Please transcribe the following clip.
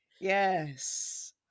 yes